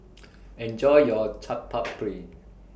Enjoy your Chaat Papri